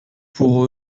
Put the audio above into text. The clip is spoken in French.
pour